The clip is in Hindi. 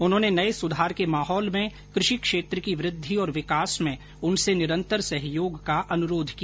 उन्होंने नये सुधार के माहौल में कृषि क्षेत्र की वृद्धि और विकास में उनसे निरंतर सहयोग का अनुरोध किया